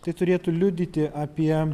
tai turėtų liudyti apie